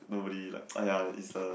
nobody like !aiya! is a